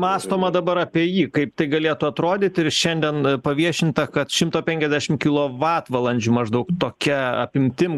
mąstoma dabar apie jį kaip tai galėtų atrodyt ir šiandien paviešinta kad šimto penkiasdešim kilovatvalandžių maždaug tokia apimtim